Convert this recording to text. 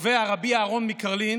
קובע רבי אהרון מקרלין